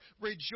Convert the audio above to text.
Rejoice